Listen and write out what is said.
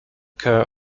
care